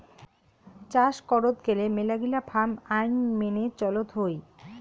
চাস করত গেলে মেলাগিলা ফার্ম আইন মেনে চলত হই